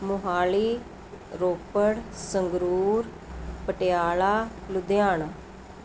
Mohali Ropar Sangrur Patiala Ludhiana